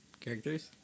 Characters